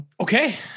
Okay